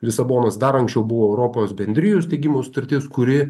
lisabonos dar anksčiau buvo europos bendrijų steigimo sutartis kuri